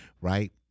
right